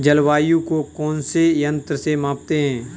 जलवायु को कौन से यंत्र से मापते हैं?